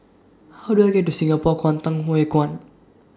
How Do I get to Singapore Kwangtung Hui Kuan